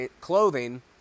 clothing